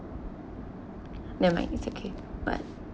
nevermind it's okay but